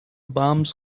bombs